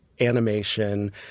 Animation